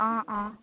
অঁ অঁ